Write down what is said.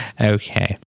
okay